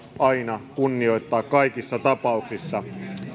aina kunnioittaa kaikissa tapauksissa